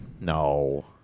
No